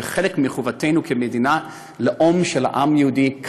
זה חלק מחובתנו למדינת הלאום של העם היהודי.